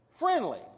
friendly